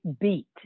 beat